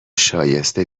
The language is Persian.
شایسته